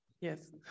Yes